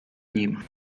nim